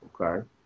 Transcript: Okay